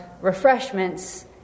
refreshments